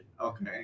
Okay